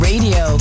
Radio